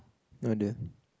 no idea